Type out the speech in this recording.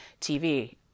TV